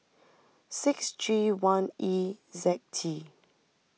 six G one E Z T